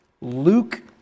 Luke